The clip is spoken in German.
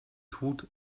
tut